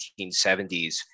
1970s